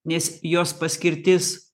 nes jos paskirtis